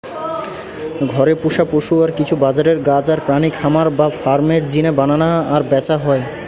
ঘরে পুশা পশু আর কিছু বাজারের গাছ আর প্রাণী খামার বা ফার্ম এর জিনে বানানা আর ব্যাচা হয়